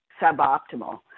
suboptimal